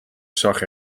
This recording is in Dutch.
zag